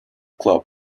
club